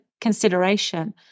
consideration